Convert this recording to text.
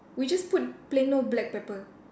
we just put plain old black pepper